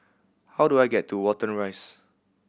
how do I get to Watten Rise